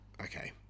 okay